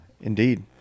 Indeed